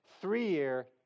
three-year